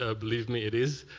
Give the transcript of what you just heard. ah believe me, it is,